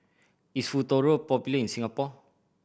is Futuro popular in Singapore